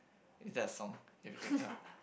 is that a song if you could turn